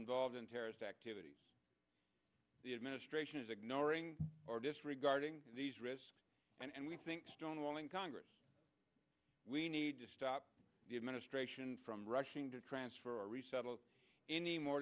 involved in terrorist activities the administration is ignoring or disregarding these risks and we think stonewalling congress we need to stop the administration from rushing to transfer our resettle any more